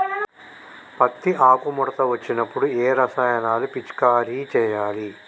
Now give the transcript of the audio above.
పత్తి ఆకు ముడత వచ్చినప్పుడు ఏ రసాయనాలు పిచికారీ చేయాలి?